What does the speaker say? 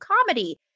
comedy